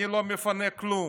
אני לא מפנה כלום.